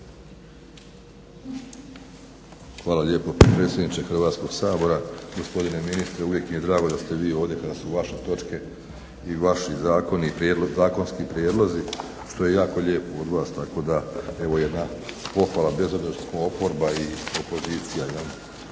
Hvala lijepa potpredsjedniče Hrvatskog sabora. Gospodine ministre, uvijek mi je drago da ste vi ovdje kada su vaše točke i vaši zakonski prijedlozi što je jako lijepo od vas tako da evo jedna pohvala, bez obzira što smo oporba i opozicija.